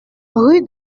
rue